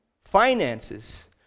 Finances